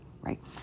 right